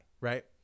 right